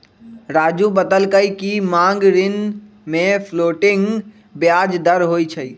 राज़ू बतलकई कि मांग ऋण में फ्लोटिंग ब्याज दर होई छई